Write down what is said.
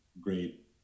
great